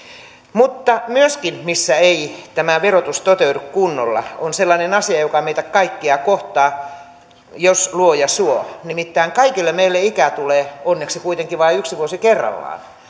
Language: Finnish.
mutta myöskään ei tämä verotus toteudu kunnolla sellaisessa asiassa joka meitä kaikkia kohtaa jos luoja suo nimittäin kaikille meille ikää tulee onneksi kuitenkin vain yksi vuosi kerrallaan